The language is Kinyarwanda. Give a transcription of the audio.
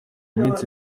iminsi